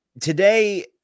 today